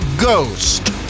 Ghost